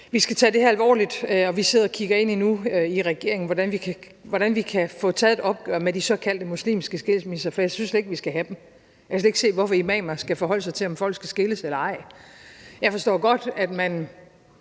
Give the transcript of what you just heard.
Vi skal tage det her alvorligt, og i regeringen sidder vi nu og kigger ind i, hvordan vi kan få taget et opgør med de såkaldte muslimske skilsmisser, for jeg synes slet ikke, vi skal have dem. Jeg kan slet ikke se, hvorfor imamer skal forholde sig til, om folk skal skilles eller ej. Jeg forstår godt, at man